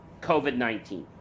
COVID-19